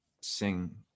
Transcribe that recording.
sing